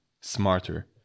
smarter